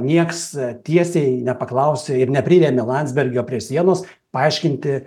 nieks tiesiai nepaklausė ir neprirėmė landsbergio prie sienos paaiškinti